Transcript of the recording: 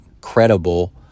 credible